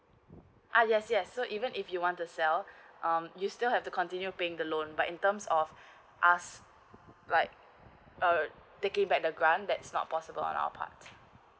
uh yes yes so even if you want the sell um you still have to continue paying the loan but in terms of us like ugh they came back the grant that's not possible on our part